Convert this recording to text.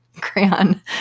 crayon